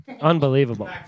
Unbelievable